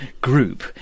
group